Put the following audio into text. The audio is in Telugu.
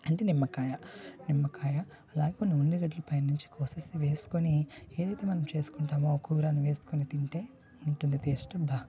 అంటే నిమ్మకాయ నిమ్మకాయ అలాగే కొన్ని ఉల్లిగడ్డలు పై నుంచి కసేసుకొని వేసుకుని ఏదయితే మనం చేసుకుంటామో ఆ కూర వేసుకుని తింటే ఉంటుంది టేస్ట్